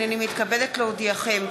הנני מתכבדת להודיעכם,